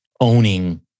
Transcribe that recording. owning